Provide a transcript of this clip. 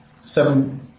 Seven